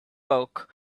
bulk